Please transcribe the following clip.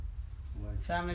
Family